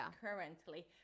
currently